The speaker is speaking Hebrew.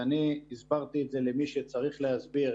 ואני הסברתי את זה למי שצריך להסביר,